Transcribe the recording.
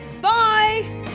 bye